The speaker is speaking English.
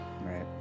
right